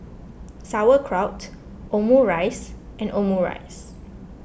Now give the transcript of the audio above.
Sauerkraut Omurice and Omurice